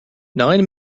nine